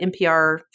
NPR